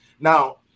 Now